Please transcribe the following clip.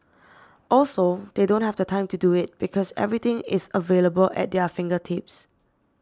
also they don't have the time to do it because everything is available at their fingertips